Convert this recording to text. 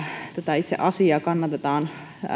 tätä itse asiaa kannatetaan